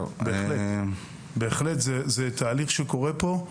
זה תהליך שקורה פה.